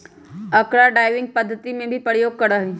अकरा ड्राइविंग पद्धति में भी प्रयोग करा हई